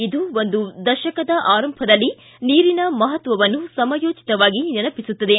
ಇದು ಒಂದು ದಶಕದ ಆರಂಭದಲ್ಲಿ ನೀರಿನ ಮಹತ್ವನ್ನು ಸಮಯೋಚಿತವಾಗಿ ನೆನಪಿಸುತ್ತದೆ